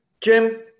Jim